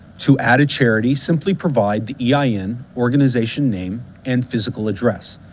to add a charity, simply provide the yeah ein, organization name, and physical address.